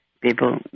people